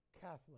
Catholic